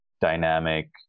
dynamic